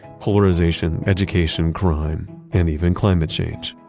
polarization, education, crime, and even climate change.